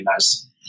nice